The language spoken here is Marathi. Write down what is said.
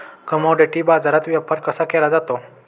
कमॉडिटी बाजारात व्यापार कसा केला जातो?